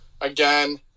again